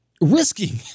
risking